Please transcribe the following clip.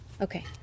Okay